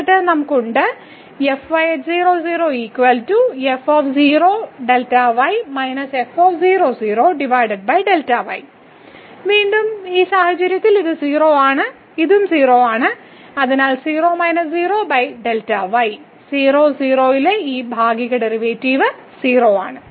എന്നിട്ട് നമുക്ക് ഉണ്ട് വീണ്ടും ഈ സാഹചര്യത്തിൽ ഇത് 0 ആണ് ഇതും 0 ആണ് അതിനാൽ 0 0 ലെ ഈ ഭാഗിക ഡെറിവേറ്റീവ് 0 ആണ്